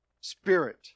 spirit